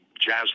Jazz